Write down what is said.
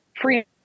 free